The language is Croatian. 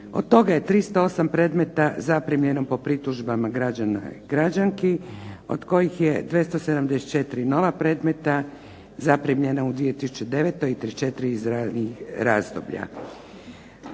Od toga je 308 predmeta zaprimljeno po pritužbama građana i građanki, od kojih je 274 nova predmeta zaprimljena u 2009. i 34 iz ranijih razdoblja.